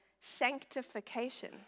sanctification